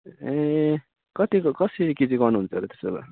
ए कतिको कसरी केजी गर्नुहुन्छ त त्यसो भए